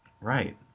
Right